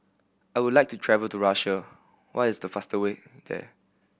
I would like to travel to Russia what is the fastest way there